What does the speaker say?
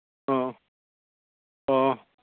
ꯑꯣ ꯑꯣ